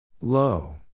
Low